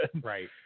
Right